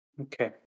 Okay